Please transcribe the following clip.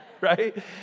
right